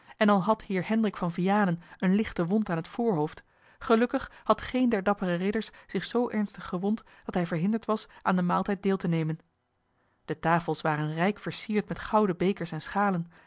en al had heer hendrik van vianen eene lichte wond aan het voorhoofd gelukkig had geen der dappere ridders zich zoo ernstig gewond dat hij verhinderd was aan den maaltijd deel te nemen de tafels waren rijk versierd met gouden bekers en schalen